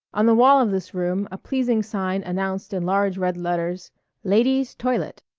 on the wall of this room a pleasing sign announced in large red letters ladies' toilet.